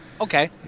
Okay